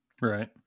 Right